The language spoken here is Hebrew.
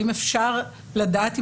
האם אפשר לדעת,